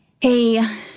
Hey